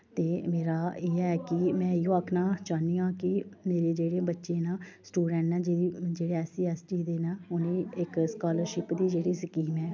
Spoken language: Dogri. ते मेरा इ'यै ऐ कि में इ'यै आखना चाह्न्नी आं कि मेरे जेह्ड़े बच्चे न स्टूडैंट न जेह्ड़े ऐस्स सी ऐस्स टी दे न उ'नेंगी इक स्कालरशिप दी स्कीम जेह्ड़ी ऐ